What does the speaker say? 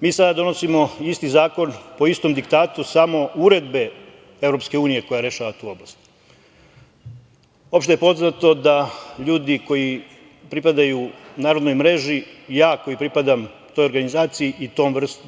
Mi sada donosimo isti zakon, po istom diktatu samo uredbe EU koja rešava tu oblast. Opšte je poznato da ljudi koji pripadaju narodnoj mreži, ja koji pripadam toj organizaciji i